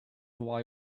why